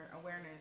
Awareness